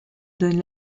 donne